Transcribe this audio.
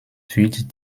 wird